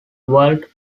world